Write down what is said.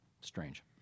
strange